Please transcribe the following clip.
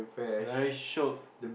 very shiok